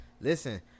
Listen